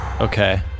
Okay